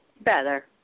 Better